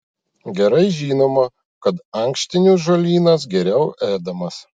gerai žinoma kad ankštinių žolynas geriau ėdamas